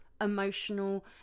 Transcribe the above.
emotional